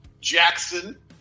Jackson